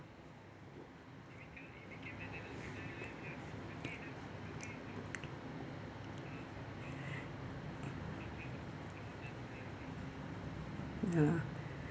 ya